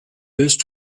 willst